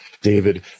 David